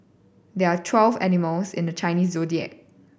there are twelve animals in the Chinese Zodiac